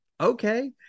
okay